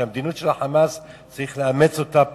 שהמדיניות של ה"חמאס" צריך לאמץ אותה פה.